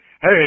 Hey